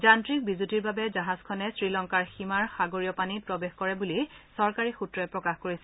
যান্নিক বিজুতিৰ বাবে জাহাজখনে শ্ৰীলংকাৰ সীমাৰ সাগৰীয় পানীত প্ৰৱেশ কৰে বুলি চৰকাৰী সূত্ৰই প্ৰকাশ কৰিছে